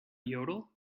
yodel